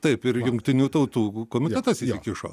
taip ir jungtinių tautų komitetas įsikišo